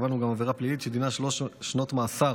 קבענו גם עבירה פלילית שדינה שלוש שנות מאסר